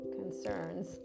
concerns